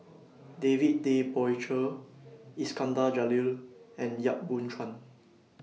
David Tay Poey Cher Iskandar Jalil and Yap Boon Chuan